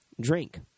drink